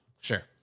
Sure